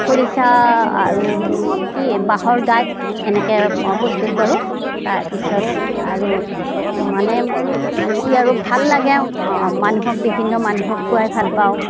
খৰিচা আৰু কি এই বাঁহৰ গাজ এনেকৈ প্ৰস্তুত কৰোঁ তাৰপিছত আৰু মানে কি আৰু ভাল লাগে মানুহক বিভিন্ন মানুহক খুৱাই ভালপাওঁ